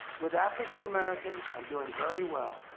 with african-americans, i'm doing very well.